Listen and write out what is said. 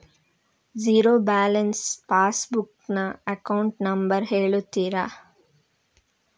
Zero balance pass book ನ account number ಹೇಳುತ್ತೀರಾ?